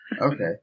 Okay